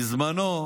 בזמנו,